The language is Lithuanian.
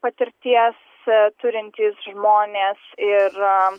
patirties turintys žmonės ir